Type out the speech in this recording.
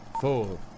four